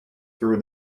through